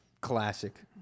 classic